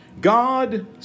God